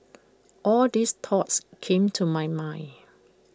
all these thoughts came to my mind